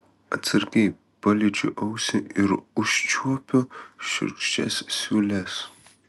atsargiai paliečiu ausį ir užčiuopiu šiurkščias siūles